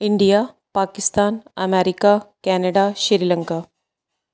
India Pakistan America Canada Sri Lanka Canada Sri Lanka